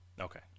okay